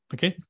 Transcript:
Okay